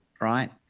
right